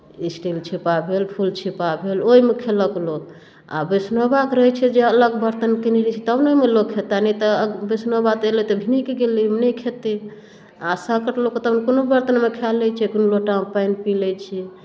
steel छीपा भेल फूल छीपा भेल ओहिमे खेलक लोक आ वैष्णवके रहै छै अलग बर्तन कनि रहतै तब ने ओहिमे ओ खेता नहि तऽ वैष्णवा आदमीके तऽ भिनकि गेलै ओहिमे नहि खेतै आ साँकट लोकके तऽ कोनो बर्तनमे खाए लैत छै कोनो लोटामे पानि पी लै छै